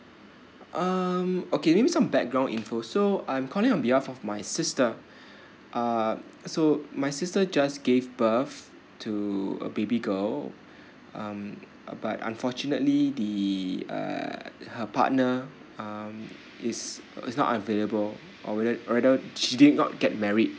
um okay maybe some background info so I'm calling on behalf of my sister uh so my sister just gave birth to a baby girl um uh but unfortunately the uh her partner um is is not available or ra~ rather she did not get married